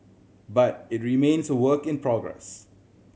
but it remains a work in progress